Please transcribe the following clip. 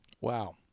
Wow